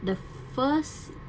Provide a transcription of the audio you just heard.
the first